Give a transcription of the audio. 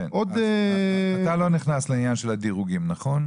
כן, אז אתה לא נכנס לעניין של הדירוגים, נכון?